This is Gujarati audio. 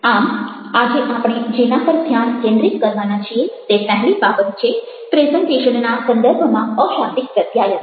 આમ આજે આપણે જેના પર ધ્યાન કેન્દ્રિત કરવાના છીએ તે પહેલી બાબત છે પ્રેઝન્ટેશનના સંદર્ભમાં અશાબ્દિક પ્રત્યાયન